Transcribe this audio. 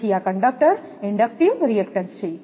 તેથી આ conductor inductive reactance છે